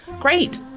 great